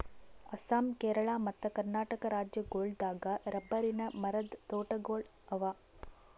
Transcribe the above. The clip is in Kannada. ಅಸ್ಸಾಂ ಕೇರಳ ಮತ್ತ್ ಕರ್ನಾಟಕ್ ರಾಜ್ಯಗೋಳ್ ದಾಗ್ ರಬ್ಬರಿನ್ ಮರದ್ ತೋಟಗೋಳ್ ಅವಾ